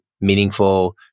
meaningful